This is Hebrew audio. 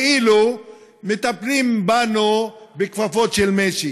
כאילו מטפלים בנו בכפפות של משי